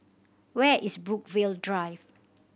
where is Brookvale Drive